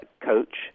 coach